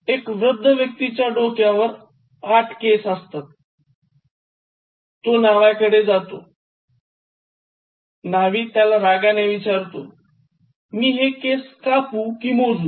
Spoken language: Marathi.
एका वृद्ध व्यक्तीच्या डोक्यावर ८ केस होते तो न्हाव्या कडे गेला न्हाव्याने त्याला रागात विचारलेमी हे केस कापू कि मोजू